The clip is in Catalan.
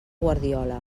guardiola